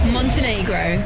Montenegro